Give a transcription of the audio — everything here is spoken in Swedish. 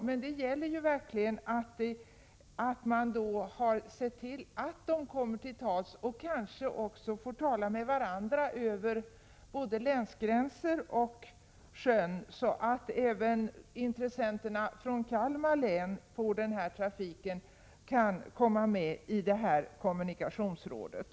Men det gäller verkligen att man då har sett till att de kommer till tals och kanske också får tala med varandra både över länsgränser och över sjön, så att även den här trafikens intressenter från Kalmar län kan komma med i kommunikationsrådet.